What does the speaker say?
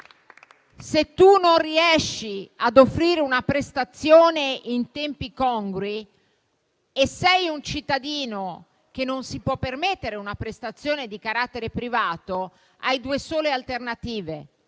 Se non si riesce ad offrire una prestazione in tempi congrui, un cittadino che non si può permettere una prestazione di carattere privato ha due sole alternative: